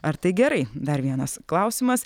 ar tai gerai dar vienas klausimas